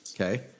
okay